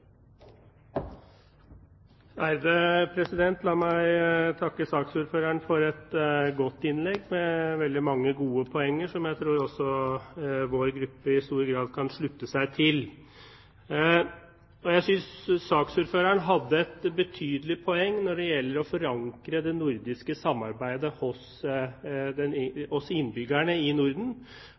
La meg takke saksordføreren for et godt innlegg med veldig mange gode poenger, som jeg også tror vår gruppe i stor grad kan slutte seg til. Jeg synes saksordføreren hadde et betydelig poeng når det gjelder å forankre det nordiske samarbeidet hos innbyggerne i